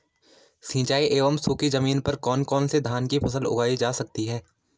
सिंचाई एवं सूखी जमीन पर कौन कौन से धान की फसल उगाई जा सकती है?